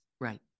Right